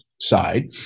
side